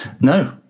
no